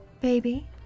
baby